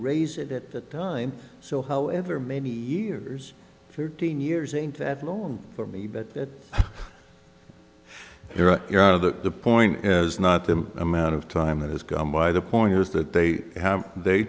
raise it at that time so however many years thirteen years ain't that long for me but that you're out of the the point is not the amount of time that has gone by the point here is that they have they